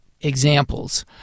examples